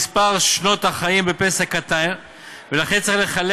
מספר שנות החיים בפנסיה קטן ולכן צריך לחלק